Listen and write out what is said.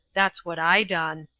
that's what i done.